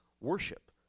worship